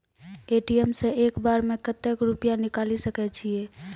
ATM सऽ एक बार म कत्तेक रुपिया निकालि सकै छियै?